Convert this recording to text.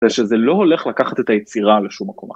‫זה שזה לא הולך לקחת את היצירה ‫לשום מקום אחר.